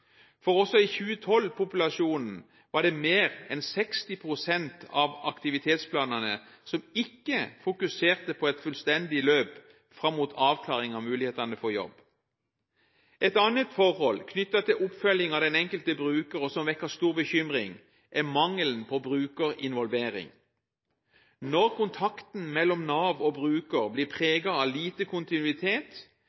For også i 2012-populasjonen var det mer enn 60 pst. av aktivitetsplanene som ikke fokuserte på et fullstendig løp fram mot avklaring av mulighetene for jobb. Et annet forhold, knyttet til oppfølging av den enkelte bruker, som vekker stor bekymring, er mangelen på brukerinvolvering. Når kontakten mellom Nav og bruker blir